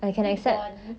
fit body